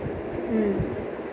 mm